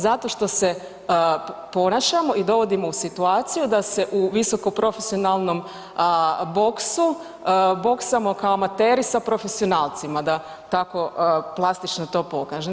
Zato što se ponašamo i dovodimo u situaciju da se u visoko profesionalnom boksu boksamo kao amateri sa profesionalcima, da tako plastično to pokažem.